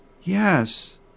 yes